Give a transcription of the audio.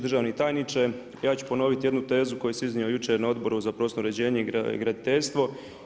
Državni tajniče, ja ću ponoviti jednu tezu koju sam iznio jučer na Odboru za prostorno uređenje i graditeljstvo.